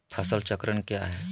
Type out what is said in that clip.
फसल चक्रण क्या है?